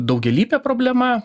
daugialypė problema